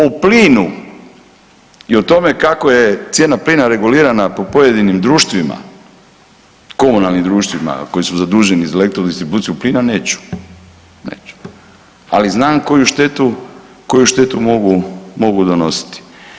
O plinu i o tome kako je cijena plina regulirana po pojedinim društvima, komunalnim društvima koji su zaduženi za elektrodistribuciju plina neću, neću, ali znam koju štetu, koju štetu mogu donositi.